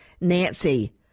nancy